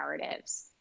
narratives